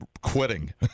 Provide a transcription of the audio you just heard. quitting